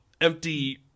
empty